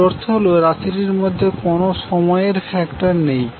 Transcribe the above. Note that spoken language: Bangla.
এর অর্থ হল রাশিটির মধ্যে কোন সময়ের ফ্যাক্টর নেই